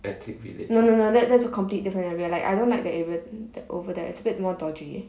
no no no that's that's a complete different area like I don't like that area over there it's a bit more dodgy